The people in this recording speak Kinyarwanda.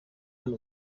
hano